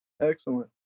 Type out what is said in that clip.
excellent